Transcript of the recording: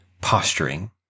posturing